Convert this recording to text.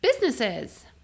businesses